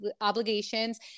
obligations